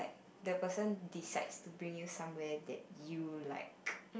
the person decides to bring you somewhere you like